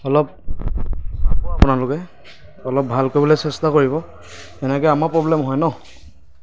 অলপ চাব আপোনালোকে অলপ ভাল কৰিবলৈ চেষ্টা কৰিব এনেকে আমাৰ প্ৰ'ব্লেম হয় ন